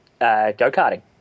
go-karting